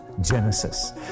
Genesis